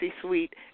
Suite